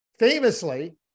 Famously